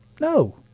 No